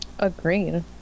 Agreed